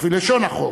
לפי לשון החוק,